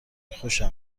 خوشم